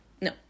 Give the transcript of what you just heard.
No